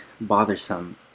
bothersome